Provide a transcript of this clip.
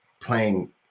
playing